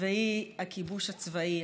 והיא הכיבוש הצבאי,